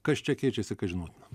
kas čia keičiasi kas žinotina